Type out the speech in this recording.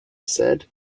said